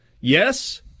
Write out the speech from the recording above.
yes